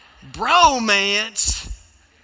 Bromance